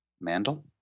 Mandel